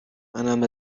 منم